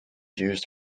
used